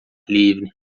livre